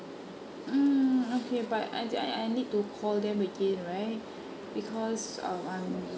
mm okay but I I I need to call them again right because um I'm